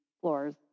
floors